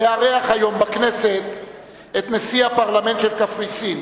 לארח היום בכנסת את נשיא הפרלמנט של קפריסין,